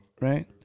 Right